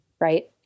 right